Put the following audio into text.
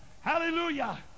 Hallelujah